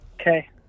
Okay